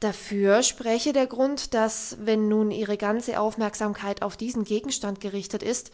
dafür spräche der grund dass wenn nun ihre ganze aufmerksamkeit auf diesen gegenstand gerichtet ist